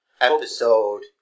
episode